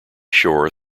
shore